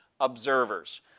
observers